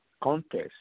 contest